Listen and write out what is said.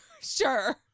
Sure